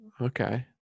Okay